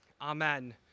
amen